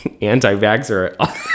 anti-vaxxer